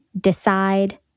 decide